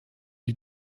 die